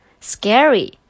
scary